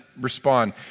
respond